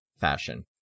fashion